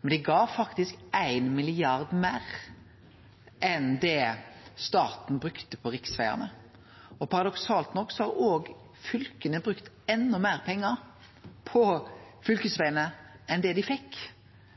men dei gav faktisk éin milliard meir enn det staten brukte på riksvegane. Paradoksalt nok har òg fylka brukt endå meir pengar på fylkesvegane enn det dei fekk,